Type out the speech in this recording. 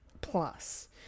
Plus